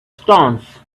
stones